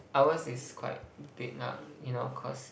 ours is quite big lah you know cause